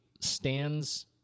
stands